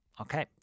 okay